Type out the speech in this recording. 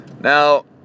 Now